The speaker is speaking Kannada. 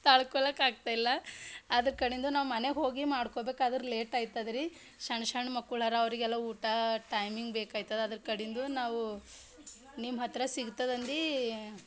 ತಡ್ಕೋಳ್ಳೋಕಾಗ್ತಿಲ್ಲ ಅದ್ರ ಕಡಿಂದು ನಾವು ಮನೆ ಹೋಗಿ ಮಾಡ್ಕೊಬೇಕಾದರೆ ಲೇಟ್ ಆಯ್ತದ್ರಿ ಸಣ್ ಸಣ್ ಮಕ್ಕಳು ಅರ ಅವರಿಗೆಲ್ಲ ಊಟ ಟೈಮಿಂಗ್ ಬೇಕಾಯ್ತದೆ ಅದ್ರ ಕಡಿಂದು ನಾವು ನಿಮ್ಮ ಹತ್ತಿರ ಸಿಗ್ತದಂದು